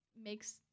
makes